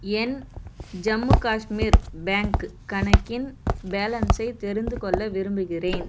என் Jammu Kashmir bank கணக்கின் பேலன்ஸை தெரிந்துக்கொள்ள விரும்புகிறேன்